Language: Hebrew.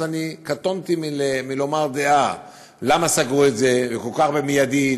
אני קטונתי מלומר דעה למה סגרו את זה כל כך במיידית,